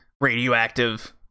radioactive